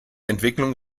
entwicklung